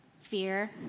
fear